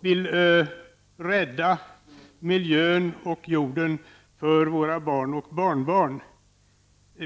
Vi vill rädda miljön och jorden åt våra barn och barnbarn.